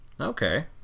Okay